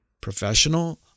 professional